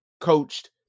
Coached